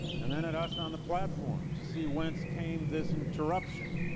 and then at us on the platform to see whence came this interruption,